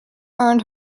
earned